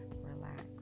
relax